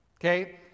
okay